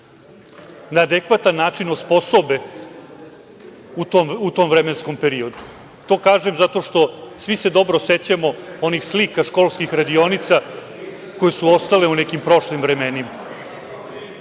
na adekvatan način osposobe u tom vremenskom periodu. To kažem zato što svi se dobro sećamo onih slika školskih radionica koje su ostale u nekim prošlim vremenima. Ono